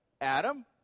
Adam